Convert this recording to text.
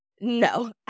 no